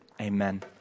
amen